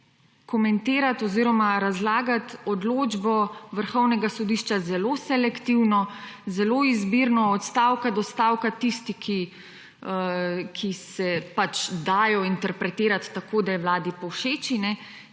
komentirati oziroma razlagati odločbo vrhovnega sodišča zelo selektivno, zelo izbirno od stavka do stavka, tisti, ki se pač dajo interpretirati tako, ad je vladi povšeči.